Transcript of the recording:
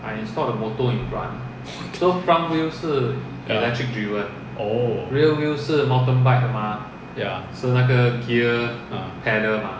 ya oh ya uh